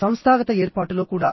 సంస్థాగత ఏర్పాటులో కూడా